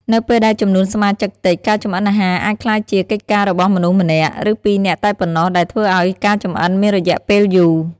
នៅពេលដែលចំនួនសមាជិកតិច ការចម្អិនអាហារអាចក្លាយជាកិច្ចការរបស់មនុស្សម្នាក់ ឬពីរនាក់តែប៉ុណ្ណោះដែលធ្វើអោយការចម្អិនមានរយះពេលយូរ។